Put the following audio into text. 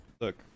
Look